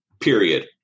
period